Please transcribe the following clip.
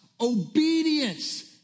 obedience